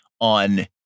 on